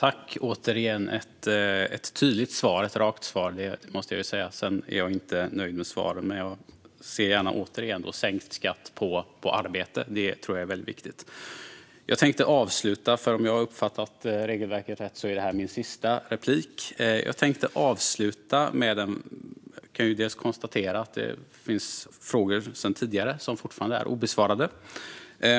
Fru talman! Det var åter ett tydligt och rakt svar, även om jag inte är nöjd med det. Jag ser gärna sänkt skatt på arbete, något jag tror är mycket viktigt. Jag avslutar med att konstatera att det finns frågor sedan tidigare som fortfarande är obesvarade.